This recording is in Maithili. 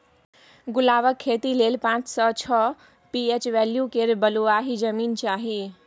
गुलाबक खेती लेल पाँच सँ छओ पी.एच बैल्यु केर बलुआही जमीन चाही